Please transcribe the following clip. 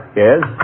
Yes